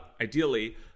ideally